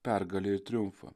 pergalę ir triumfą